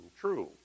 true